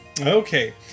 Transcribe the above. Okay